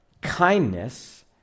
kindness